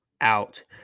out